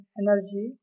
energy